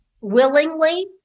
willingly